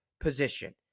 position